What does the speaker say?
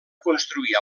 construir